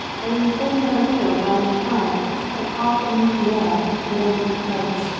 going so near the wheels on each side that half an inch nearer and they would scrape.